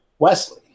Wesley